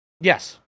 Yes